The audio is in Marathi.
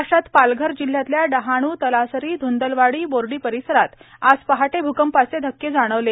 महाराष्ट्रात पालघर जिल्ह्यातल्या डहाणू तलासरी ध्ंदलवाडी बोर्डी परिसरात आज पहाटे भूकंपाचे धक्के जाणवले